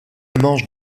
manche